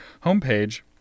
homepage